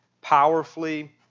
powerfully